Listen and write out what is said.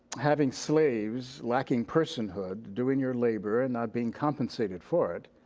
having slaves lacking personhood, doing your labor and not being compensated for it.